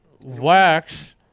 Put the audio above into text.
wax